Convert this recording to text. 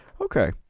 Okay